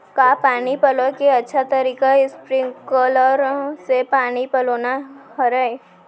का पानी पलोय के अच्छा तरीका स्प्रिंगकलर से पानी पलोना हरय?